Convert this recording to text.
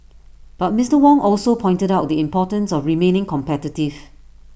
but Mister Wong also pointed out the importance of remaining competitive